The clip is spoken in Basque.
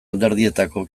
alderdietako